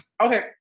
okay